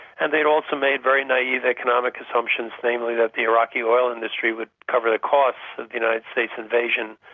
and they'd also made very naive economic assumptions namely, that the iraqi oil industry would cover the costs of the united states invasion,